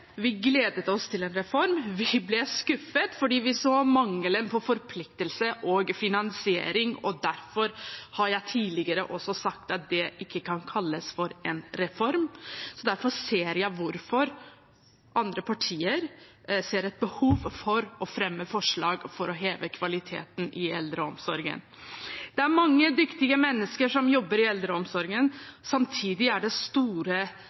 Vi gledet oss til en reform. Vi ble skuffet fordi vi så mangelen på forpliktelse og finansiering, og derfor har jeg tidligere også sagt at det ikke kan kalles en reform. Derfor ser jeg hvorfor andre partier ser et behov for å fremme forslag for å heve kvaliteten i eldreomsorgen. Det er mange dyktige mennesker som jobber i eldreomsorgen. Samtidig er det store